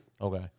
Okay